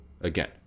again